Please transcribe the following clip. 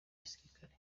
gisirikare